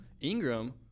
Ingram